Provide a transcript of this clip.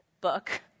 book